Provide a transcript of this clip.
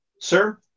sir